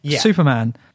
Superman